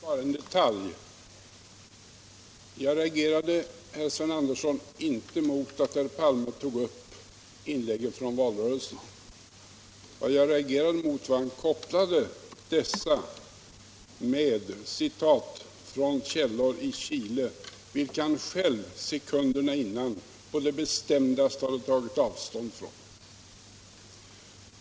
Herr talman! Bara en detalj. Jag reagerade, herr Sven Andersson i Stockholm, inte mot att herr Palme tog upp inlägg från valrörelsen. Vad jag reagerade mot var att han kopplade samman dessa med citat från källor i Chile, vilka han själv sekunderna innan på det bestämdaste hade tagit avstånd från.